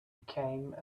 became